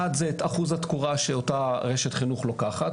אחד זה את אחוז התקורה שאותה רשת חינוך לוקחת.